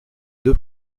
deux